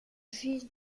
fils